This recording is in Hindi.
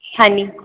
हाँ जी